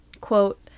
quote